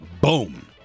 boom